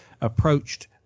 approached